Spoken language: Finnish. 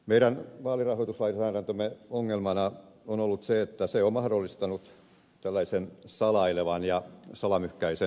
meidän vaalirahoituslainsäädäntömme ongelmana on ollut se että se on mahdollistanut tällaisen salailevan ja salamyhkäisen toiminnan